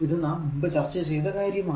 ഇത് നാം മുമ്പ് ചർച്ച ചെയ്ത കാര്യമാണ്